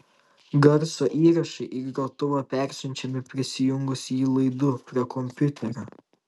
garso įrašai į grotuvą persiunčiami prijungus jį laidu prie kompiuterio